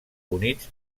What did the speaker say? units